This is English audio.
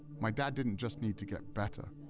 my dad didn't just need to get better,